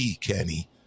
Kenny